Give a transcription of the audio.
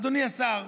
אדוני השר,